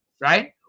right